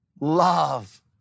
love